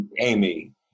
Amy